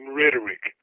rhetoric